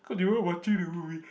cause you weren't watching the movie